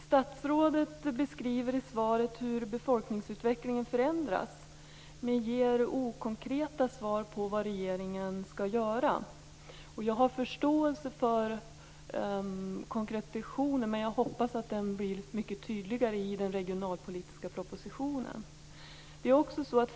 Statsrådet beskriver i svaret hur befolkningsutvecklingen förändras men ger inte några konkreta svar på vad regeringen skall göra. Jag har förståelse för konkretionen, men jag hoppas att den blir mycket tydligare i den regionalpolitiska propositionen.